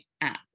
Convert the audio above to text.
app